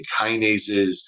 kinases